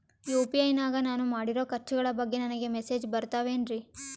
UPI ನಾಗ ನಾನು ಮಾಡಿರೋ ಖರ್ಚುಗಳ ಬಗ್ಗೆ ನನಗೆ ಮೆಸೇಜ್ ಬರುತ್ತಾವೇನ್ರಿ?